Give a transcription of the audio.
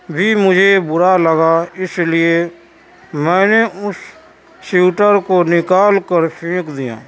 بھی مجھے برا لگا اس لیے میں نے اس سیوٹر کو نکال کر پھینک دیا